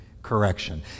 Correction